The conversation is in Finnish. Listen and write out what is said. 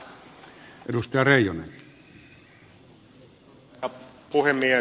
arvoisa puhemies